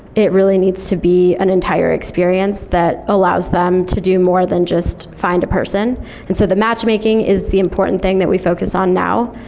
it really needs to be an entire experience that allows them to do more than just find a person and so the matchmaking is the important thing that we focus on now.